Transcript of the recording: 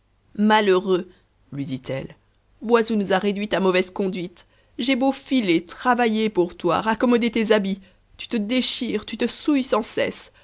malheureux lui dit-elle vois où nous a réduits ta mauvaise conduite j'ai beau filer travailler pour toi raccommoder tes habits tu te déchires tu te souilles sans cesse